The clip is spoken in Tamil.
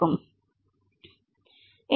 மாணவர்